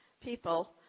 people